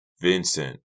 Vincent